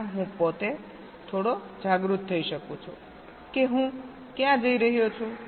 ત્યાં હું પોતે થોડો જાગૃત થઈ શકું છું કે હું ક્યાં જઈ રહ્યો છું